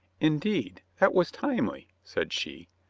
indeed, that was timely, said she,